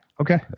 okay